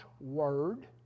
Word